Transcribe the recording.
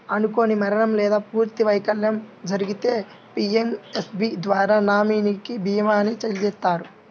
అనుకోని మరణం లేదా పూర్తి వైకల్యం జరిగితే పీయంఎస్బీఐ ద్వారా నామినీకి భీమాని చెల్లిత్తారు